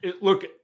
look